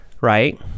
right